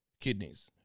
kidneys